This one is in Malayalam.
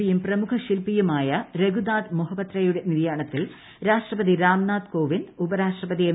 പിയും പ്രമുഖ ശിൽപ്പിയുമായ രഗുനാഥ് മൊഹപത്രയുടെ നിര്യാണത്തിൽ രാഷ്ട്രപതി രാംനാഥ് കോവിന്ദ് ഉപരാഷ്ട്രപതി എം